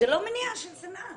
לא מניע של שנאה.